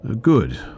Good